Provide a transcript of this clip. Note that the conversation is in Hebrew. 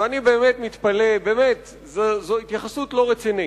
ואני באמת מתפלא, זאת התייחסות לא רצינית.